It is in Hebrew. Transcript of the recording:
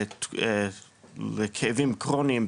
לכאבים כרוניים,